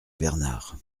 bernard